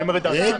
אני אומר את דעתי.